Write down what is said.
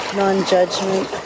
non-judgment